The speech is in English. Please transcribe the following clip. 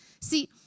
See